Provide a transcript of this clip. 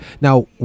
now